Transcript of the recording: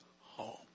home